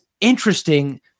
interesting